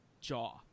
jaw